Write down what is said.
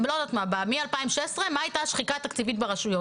מ-2016 מה היתה השחיקה התקציבית ברשויות.